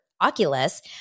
Oculus